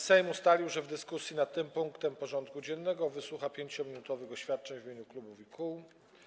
Sejm ustalił, że w dyskusji nad tym punktem porządku dziennego wysłucha 5-minutowych oświadczeń w imieniu klubów i kół.